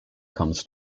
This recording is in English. comes